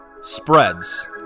spreads